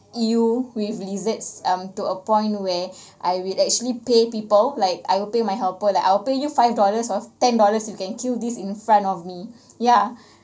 !eww! with lizards um to a point where I willl actually pay people like I will pay my helper like I'll pay you five dollars or ten dollars you can kill this in front of me ya